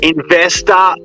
Investor